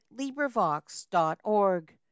LibriVox.org